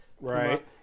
Right